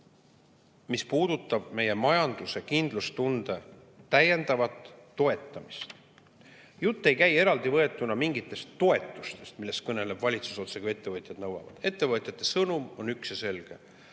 mis puudutavad meie majanduse kindlustunde täiendavat toetamist. Jutt ei käi eraldivõetuna mingitest toetustest, millest valitsus kõneleb nii, otsekui ettevõtjad neid nõuaksid. Ettevõtjate sõnum on üks ja selge: